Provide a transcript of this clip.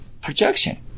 projection